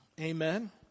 Amen